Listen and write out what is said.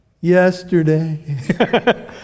Yesterday